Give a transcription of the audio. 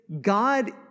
God